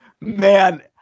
Man